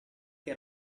che